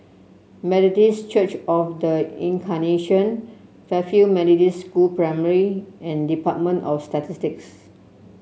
Methodist Church Of The Incarnation Fairfield Methodist School Primary and Department of Statistics